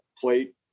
plate